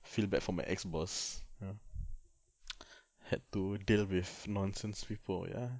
feel bad for my ex boss you know had to deal with nonsense people ya